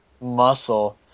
muscle